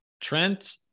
Trent